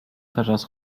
teraz